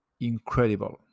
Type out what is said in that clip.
Incredible